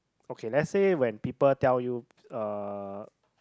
okay let's say when people tell you uh